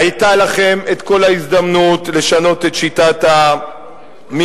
היתה לכם כל ההזדמנות לשנות את שיטת הממשל.